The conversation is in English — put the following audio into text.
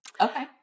Okay